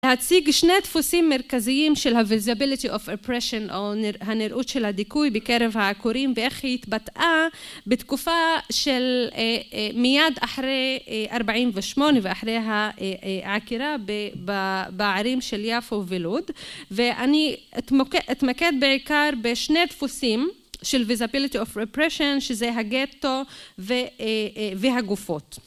להציג שני דפוסים מרכזיים של ה-visibility of oppression או הנראות של הדיכוי בקרב העקורים, ואיך היא התבטאה בתקופה של מיד אחרי 48' ואחרי העקירה בערים של יפו ולוד. ואני אתמקד בעיקר בשני דפוסים של visibility of repression, שזה הגטו והגופות.